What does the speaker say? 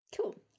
Cool